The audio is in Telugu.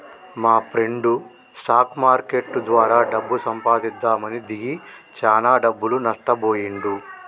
మాప్రెండు స్టాక్ మార్కెట్టు ద్వారా డబ్బు సంపాదిద్దామని దిగి చానా డబ్బులు నట్టబొయ్యిండు